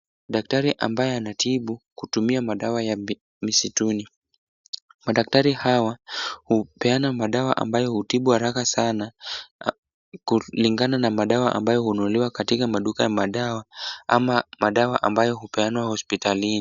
Daktari ambaye anatibu kutumia madawa ya misituni. Madaktari hawa, hupeana madawa ambayo hutibu haraka sana kulingana na madawa ambayo hununuliwa katika maduka ya madawa ama madawa ambayo hupeanwa hospitalini.